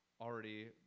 already